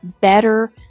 better